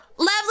Lovely